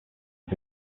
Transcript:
off